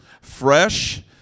fresh